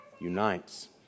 unites